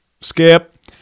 skip